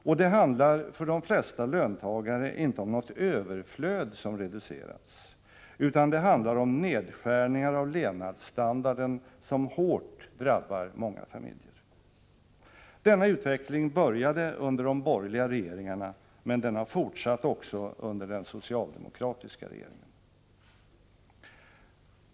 Och det handlar för de flesta löntagare inte om något överflöd som har reducerats utan det handlar om nedskärningar av levnadsstandarden som hårt drabbar många familjer. Denna utveckling började under de borgerliga regeringarnas tid, men den har fortsatt också under den socialdemokratiska regeringens tid.